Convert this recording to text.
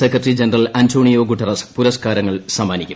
secretary general Antonio Guterres പുരസ്ക്കാരം സമ്മാനിക്കും